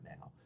now